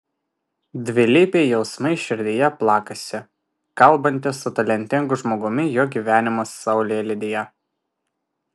dvilypiai jausmai širdyje plakasi kalbantis su talentingu žmogumi jo gyvenimo saulėlydyje